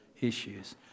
issues